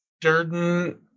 Durden